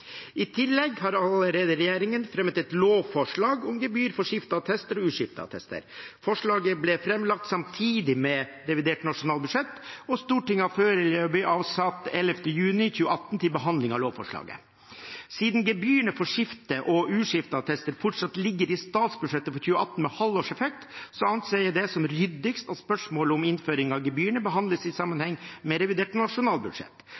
I tillegg har regjeringen allerede fremmet et lovforslag om gebyr for skifteattester og uskifteattester. Forslaget ble framlagt samtidig med revidert nasjonalbudsjett, og Stortinget har foreløpig avsatt 11. juni 2018 til behandling av lovforslaget. Siden gebyrene for skifte- og uskifteattester fortsatt ligger i statsbudsjettet for 2018 med halvårseffekt, anser jeg det som ryddigst at spørsmålet om innføring av gebyrene behandles i sammenheng med revidert nasjonalbudsjett.